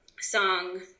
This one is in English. song